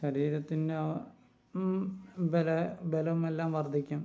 ശരീരത്തിൻ്റെ ആ ബല ബലം എല്ലാം വർദ്ധിക്കും